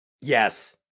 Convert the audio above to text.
Yes